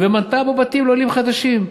ובנתה פה בתים לעולים חדשים.